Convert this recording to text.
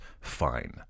fine